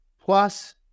plus